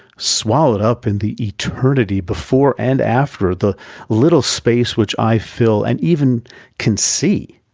swallowed up in the eternity before and after, the little space which i fill, and even can see,